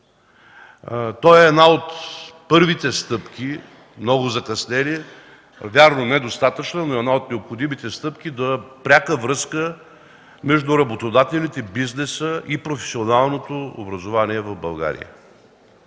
Той е една от първите, много закъснели стъпки. Вярно е, че не е достатъчно, но е една от необходимите стъпки за пряка връзка между работодателите, бизнеса и професионалното образование в България.